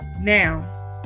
Now